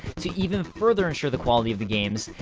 to even further ensure the quality of the games,